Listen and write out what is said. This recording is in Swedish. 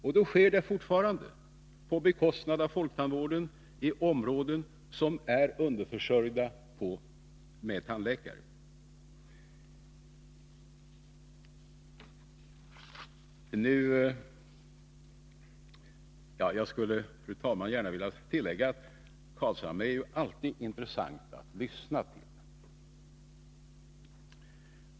Och då sker det fortfarande på bekostnad av folktandvården i områden som är underförsörjda med tandläkare. Jag skulle, fru talman, gärna vilja tillägga att Nils Carlshamre ju alltid är intressant att lyssna på.